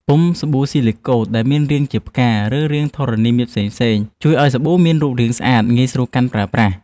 ពុម្ពសាប៊ូស៊ីលីកូត ដែលមានរាងជាផ្កា ឬរាងធរណីមាត្រផ្សេងៗ ជួយឱ្យសាប៊ូមានរូបរាងស្អាតងាយស្រួលកាន់ប្រើប្រាស់។